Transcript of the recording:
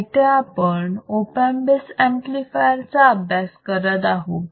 इथे आपण op amp base amplifier चा अभ्यास करत आहोत